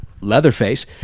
Leatherface